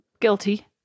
guilty